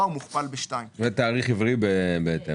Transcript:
ומוכפל ב־2," וכמובן יהיה תאריך עברי בהתאם.